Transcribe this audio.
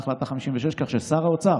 כך ששר האוצר